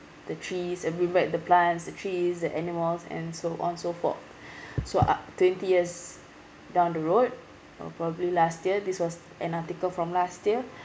the trees and bring back the plants the trees the animals and so on so forth so a~ twenty years down the road or probably last year this was an article from last year